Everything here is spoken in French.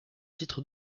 titres